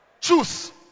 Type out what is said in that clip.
Choose